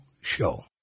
show